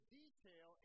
detail